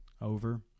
over